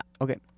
Okay